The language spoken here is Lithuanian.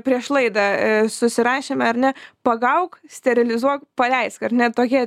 prieš laidą susirašėme ar ne pagauk sterilizuok paleisk ar ne tokie